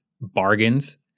bargains